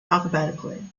alphabetically